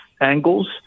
angles